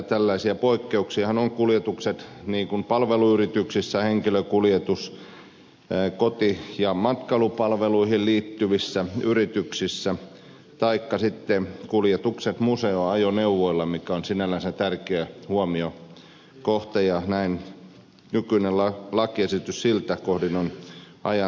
tällaisia poikkeuksiahan ovat henkilökuljetukset koti ja matkailupalveluihin liittyvissä yrityksissä taikka sitten kuljetukset museoajoneuvoilla mikä on sinällänsä tärkeä huomio kohta ja näin nykyinen lakiesitys siltä kohdin on ajan tasalla